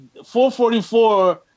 444